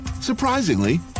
surprisingly